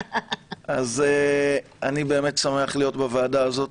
אז אני באמת שמח להיות בוועדה הזאת.